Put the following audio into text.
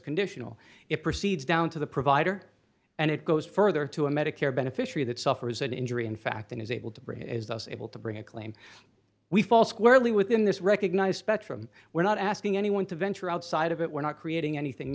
conditional it proceeds down to the provider and it goes further to a medicare beneficiary that suffers an injury in fact and is able to bridge is thus able to bring a claim we fall squarely within this recognized spectrum we're not asking anyone to venture outside of it we're not creating anything